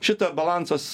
šita balansas